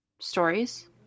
Stories